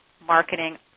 Marketing